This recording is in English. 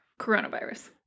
coronavirus